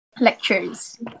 lectures